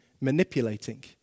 manipulating